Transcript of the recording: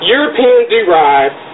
European-derived